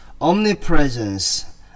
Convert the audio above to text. omnipresence